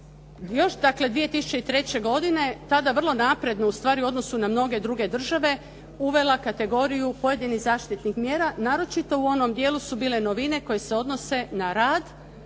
2003. godine tada vrlo napredno ustvari u odnosu na mnoge druge države uvela kategoriju pojedinih zaštitnih mjera, naročito u onom dijelu su bile novine koje se odnose na rad